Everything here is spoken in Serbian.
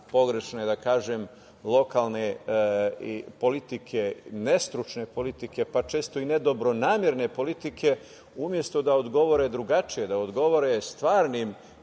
na pogrešne lokalne politike i nestručne politike, pa često i nedobronamerne politike, umesto da odgovore drugačije, da odgovore stvarnim